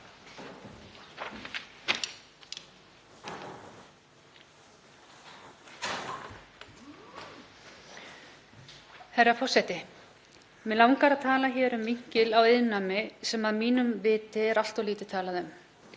Herra forseti. Mig langar að tala hér um vinkil á iðnnámi sem að mínu viti er allt of lítið talað um